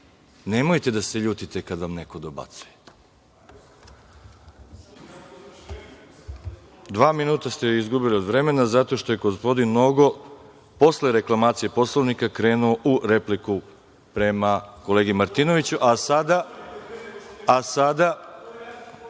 nemojte da se ljutite kad vam neko dobacuje. Dva minute ste izgubili od vremena zato što je gospodin Nogo posle reklamacije Poslovnika krenuo u repliku prema kolegi Martinoviću.(Boško